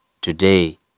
Today